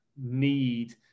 need